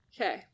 Okay